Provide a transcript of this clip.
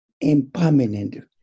impermanent